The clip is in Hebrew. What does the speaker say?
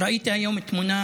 ראיתי היום תמונה